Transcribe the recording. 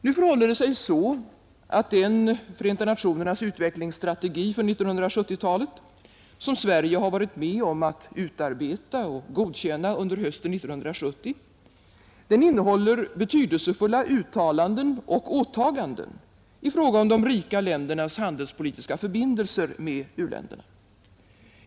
Nu förhåller det sig så, att den Förenta nationernas utvecklingsstrategi för 1970-talet som Sverige varit med om att utarbeta och godkänna under hösten 1970, innehåller betydelsefulla uttalanden och åtaganden i fråga om de rika ländernas handelspolitiska förbindelser med u-länderna.